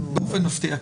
כלפי הפרקליטות,